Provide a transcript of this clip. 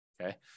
Okay